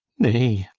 nay,